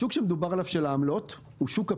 השוק של העמלות שמדובר עליו הוא שוק ה-P2B,